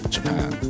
Japan